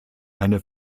eine